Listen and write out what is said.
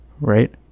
right